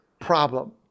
problem